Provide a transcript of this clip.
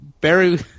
Barry